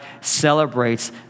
celebrates